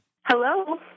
Hello